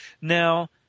Now